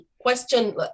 question